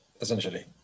essentially